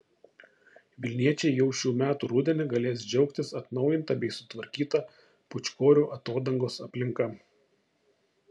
vilniečiai jau šių metų rudenį galės džiaugtis atnaujinta bei sutvarkyta pūčkorių atodangos aplinka